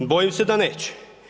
Bojim se da neće.